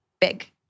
big